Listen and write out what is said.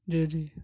جی جی